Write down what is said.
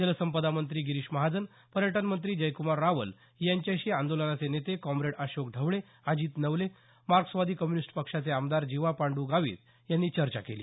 जलसंपदा मंत्री गिरीश महाजन पर्यटन मंत्री जयक्मार रावल यांच्याशी आंदोलनाचे नेते कॉमरेड अशोक ढवळे अजित नवले मार्क्सवादी कम्युनिस्ट पक्षाचे आमदार जीवा पांडू गावित यांनी चर्चा केली